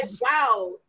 wow